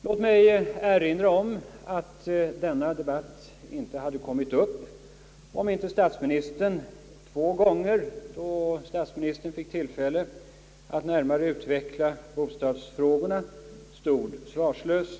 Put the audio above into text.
Låt mig erinra om att denna debatt inte hade kommit upp, om inte statsministern två gånger under valet då han fick tillfälle att närmare utveckla bostadsfrågorna stod svarslös.